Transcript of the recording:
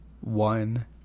one